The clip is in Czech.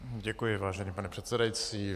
Děkuji, vážený pane předsedající.